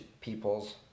people's